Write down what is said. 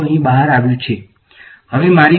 અહીં મારી પાસે હવે શું બાકી છે